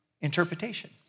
interpretation